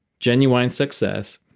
genuine success,